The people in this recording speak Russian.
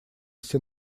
все